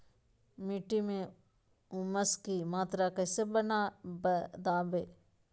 मिट्टी में ऊमस की मात्रा कैसे बदाबे?